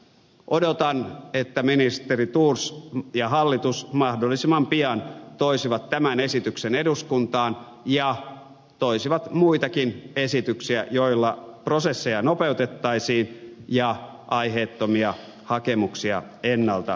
odotan että ministeri thors ja hallitus mahdollisimman pian toisivat tämän esityksen eduskuntaan ja toisivat muitakin esityksiä joilla prosesseja nopeutettaisiin ja aiheettomia hakemuksia ennaltaehkäistäisiin